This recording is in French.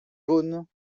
jaunes